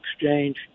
exchange